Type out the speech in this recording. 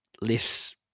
less